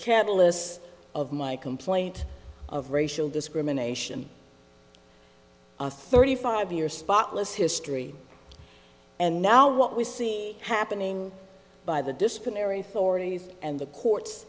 catalyst of my complaint of racial discrimination thirty five years spotless history and now what we see happening by the disciplinary forty's and the courts